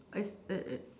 is it it